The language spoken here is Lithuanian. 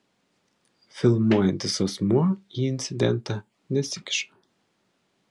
filmuojantis asmuo į incidentą nesikiša